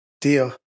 Deal